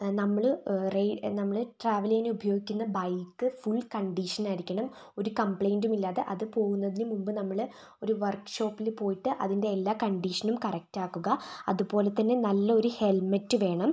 നമ്മൾ നമ്മൾ ട്രാവൽ ചെയ്യാൻ ഉപയോഗിക്കുന്ന ബൈക്ക് ഫുൾ കണ്ടീഷൻ ആയിരിക്കണം ഒരു കംപ്ലയിന്റും ഇല്ലാതെ അത് പോകുന്നതിന് മുമ്പ് നമ്മൾ ഒരു വർക്ക് ഷോപ്പിൽ പോയിട്ട് അതിൻ്റെ എല്ലാ കണ്ടീഷനും കറക്ട് ആക്കുക അതുപോലെത്തന്നെ നല്ലൊരു ഹെൽമെറ്റ് വേണം